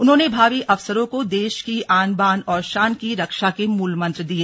उन्होंने भावी अफसरों को देश की आन बान और शान की रक्षा के मूलमंत्र दिए